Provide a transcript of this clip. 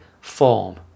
form